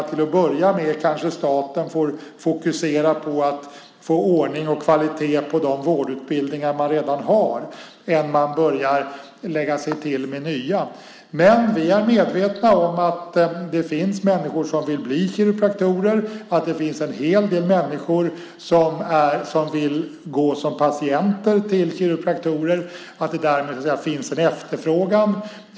Till att börja med kanske staten får fokusera på att få ordning och kvalitet på de vårdutbildningar man redan har i stället för att starta nya. Vi är medvetna om att det finns människor som vill bli kiropraktorer, att det finns en hel del människor som vill gå som patienter till kiropraktorer och att det därmed finns en efterfrågan.